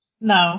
No